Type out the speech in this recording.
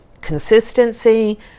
consistency